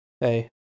Hey